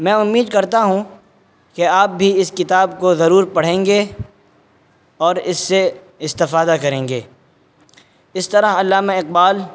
میں امید کرتا ہوں کہ آپ بھی اس کتاب کو ضرور پڑھیں گے اور اس سے استفادہ کریں گے اس طرح علامہ اقبال